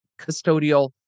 custodial